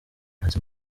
azi